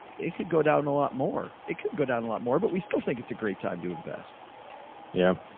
it could go down a lot more. it could go down a lot more, but we still think it's a great time to invest. og yeah.